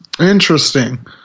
Interesting